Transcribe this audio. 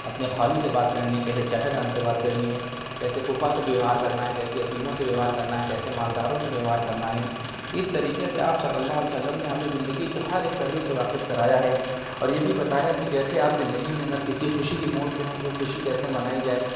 اپنے خالو سے بات کرنی کیسے چاچا جان سے بات کرنی ہے کیسے پھوپھا سے ویوہار کرنا ہے کیسے یتیموں سے ویوہار کرنا ہے کیسے مالداروں سے ویوہار کرنا ہے اِس طریقے سے آپ صلی اللہ علیہ وسلم نے ہمیں زندگی کے ہر ایک پہلو سے واقف کرایا ہے اور یہ بھی بتایا کہ جیسے آپ زندگی میں اگر کسی خوشی کے موڑ پہ ہوں تو خوشی کیسے منائی جائے